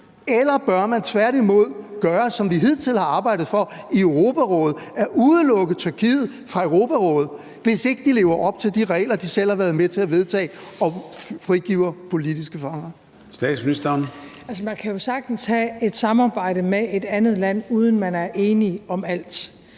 Eller bør man tværtimod gøre, som vi hidtil har arbejdet for i Europarådet, nemlig udelukke Tyrkiet fra Europarådet, hvis ikke de lever op til de regler, de selv har været med til at vedtage, og frigiver politiske fanger? Kl. 00:59 Formanden (Søren Gade): Statsministeren. Kl.